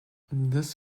this